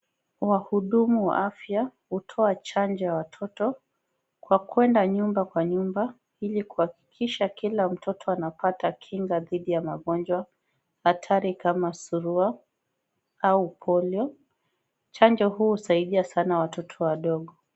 Wahudumu wa afya, hutoa chanjo ya watoto kwa kwenda nyumba kwa nyumba, ili kuhakikisha kila mtoto anapata kinga dhidi ya magonjwa hatari kama surua au polio. Chanjo husaidia sana watoto wadogo.